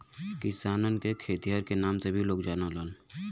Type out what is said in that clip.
किसान के खेतिहर के नाम से भी लोग जानलन